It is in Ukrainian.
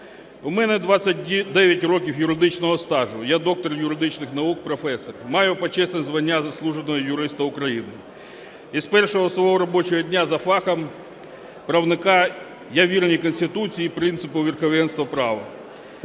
У мене 29 років юридичного стажу, я доктор юридичних наук, професор, маю почесне звання заслуженого юриста України і з першого свого робочого дня за фахом правника я вірний Конституції і принципу верховенства права.